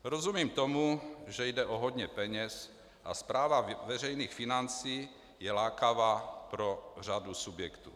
Rozumím tomu, že jde o hodně peněz a správa veřejných financí je lákavá pro řadu subjektů.